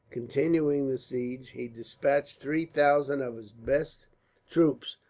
continuing the siege, he despatched three thousand of his best troops,